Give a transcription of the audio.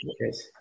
Yes